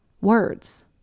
Words